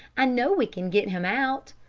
i know we can get him out,